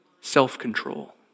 self-control